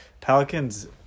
Pelicans